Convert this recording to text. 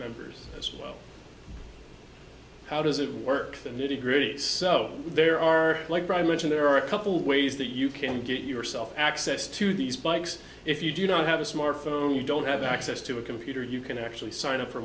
members as well how does it work the nitty gritty it so there are like brian mentioned there are a couple ways that you can get yourself access to these bikes if you don't have a smartphone you don't have access to a computer you can actually sign up for